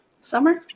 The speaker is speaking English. summer